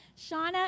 Shauna